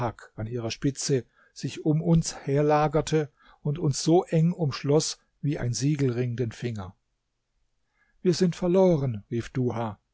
an ihrer spitze sich um uns herlagerte und uns so eng umschloß wie ein siegelring den finger wir sind verloren rief duha